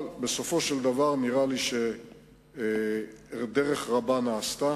אבל בסופו של דבר נראה לי שדרך רבה נעשתה.